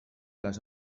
les